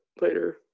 later